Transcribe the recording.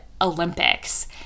olympics